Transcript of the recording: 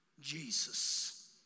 Jesus